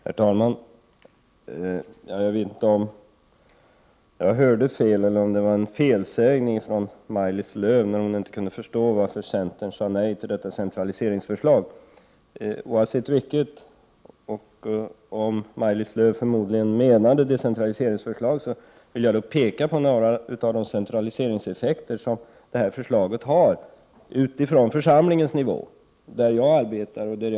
Herr talman! Jag vet inte om jag hörde fel eller om det var en felsägning från Maj-Lis Lööws sida när hon sade att hon inte kunde förstå varför centern sade nej till detta centraliseringsförslag. Även om Maj-Lis Lööw förmodligen menade decentraliseringsförslag, vill jag peka på några av de centraliseringseffekter som det här förslaget har utifrån församlingarnas nivå. Det är på den nivån jag arbetar.